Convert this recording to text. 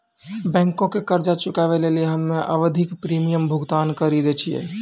बैंको के कर्जा चुकाबै लेली हम्मे आवधिक प्रीमियम भुगतान करि दै छिये